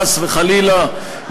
חס וחלילה,